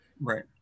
Right